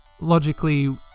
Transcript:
logically